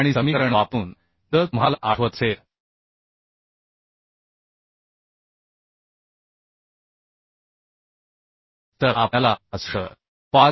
आणि समीकरण वापरून जर तुम्हाला आठवत असेल तर आपल्याला 65